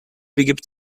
begibt